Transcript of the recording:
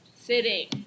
Sitting